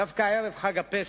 דווקא ערב חג הפסח,